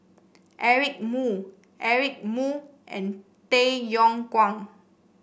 Eric Moo Eric Moo and Tay Yong Kwang